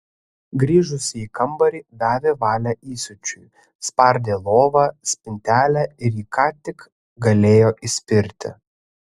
grįžusi į kambarį davė valią įsiūčiui spardė lovą spintelę ir į ką tik galėjo įspirti